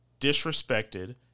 disrespected